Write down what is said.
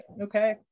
Okay